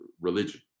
religion